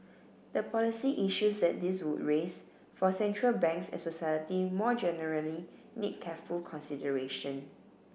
the policy issues that this would raise for central banks and society more generally need careful consideration